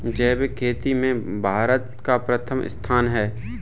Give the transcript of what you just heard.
जैविक खेती में भारत का प्रथम स्थान है